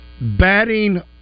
batting